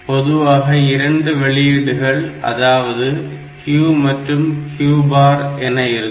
பொதுவாக இரண்டு வெளியீடுகள் அதாவது Q மற்றும் Q பார் என இருக்கும்